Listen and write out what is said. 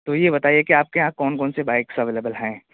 تو یہ بتائیے کہ آپ کے یہاں کون کون سی بائکس اویلیبل ہیں